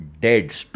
dead